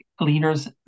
leaders